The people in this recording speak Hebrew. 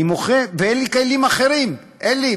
אני מוחה, ואין לי כלים אחרים, אין לי.